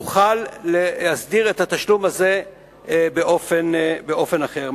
נוכל להסדיר את התשלום הזה באופן אחר.